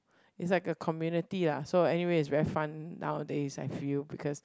it's like a community lah so anyway it's very fun nowadays I feel because